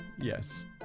Yes